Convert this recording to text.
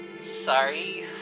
sorry